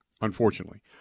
Unfortunately